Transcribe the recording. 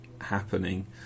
happening